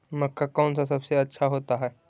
मक्का कौन सा सबसे अच्छा होता है?